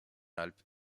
alpes